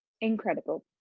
Incredible